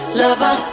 lover